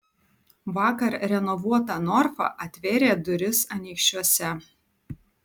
vakar renovuota norfa atvėrė duris anykščiuose